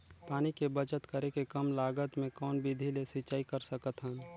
पानी के बचत करेके कम लागत मे कौन विधि ले सिंचाई कर सकत हन?